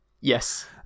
Yes